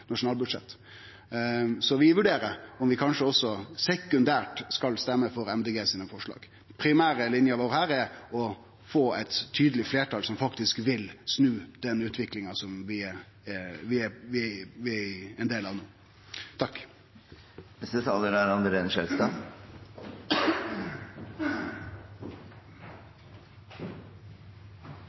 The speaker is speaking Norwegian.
nasjonalbudsjett. Så vi vurderer om vi kanskje også – sekundært – skal røyste for forslaga til Miljøpartiet Dei Grøne. Den primære linja vår her er å få eit tydeleg fleirtal som faktisk vil snu den utviklinga som vi er